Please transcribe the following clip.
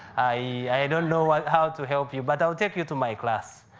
i don't know how to help you. but i will take you to my class.